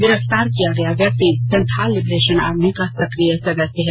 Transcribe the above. गिरफ्तार किया गया व्यक्ति संथाल लिबरेशन आर्मी का सक्रिय सदस्य है